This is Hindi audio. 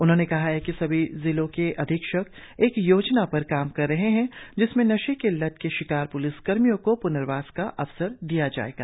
उन्होंने कहा है कि सभी जिलों के अधीक्षक एक योजना पर काम कर रहे है जिसमें नशे के लथ के शिकार पुलिस कर्मियों को पुनर्वास का अवसर दिया जायेगा